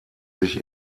sich